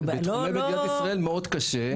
בתחומי מדינת ישראל מאוד קשה.